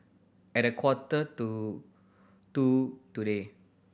at a quarter to two today